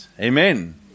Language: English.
Amen